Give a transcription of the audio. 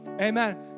amen